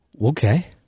Okay